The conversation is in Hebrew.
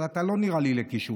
אבל אתה לא נראה לי לקישוט.